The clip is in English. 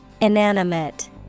Inanimate